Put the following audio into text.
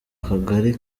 kagari